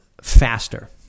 faster